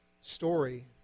story